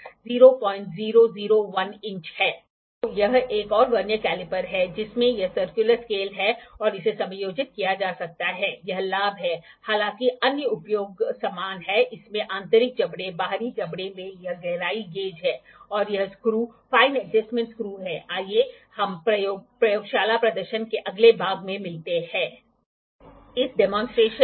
मान लीजिए अगर मैं इस प्रोट्रैक्टर के ऊपर खींचना चाहता हूं मैं एक टेंज्जेंट खींचना चाहता हूं तो इसके ऊपर एक स्केल रखना असंभव होगा क्योंकि यह रेडियस है और टेंजंट एक स्केल है इसलिए यह बहुत मुश्किल होगा एक रेखा आर्क के संपर्क में रहने के लिए तो आपको केवल एक पाॅइंट मिलेगा